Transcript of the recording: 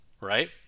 right